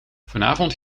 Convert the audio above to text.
vanavond